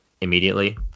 immediately